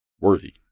worthy